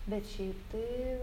bet šiaip tai